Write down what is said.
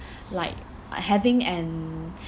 like having an